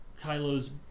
Kylo's